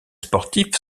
sportif